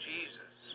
Jesus